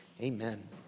Amen